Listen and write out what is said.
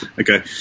Okay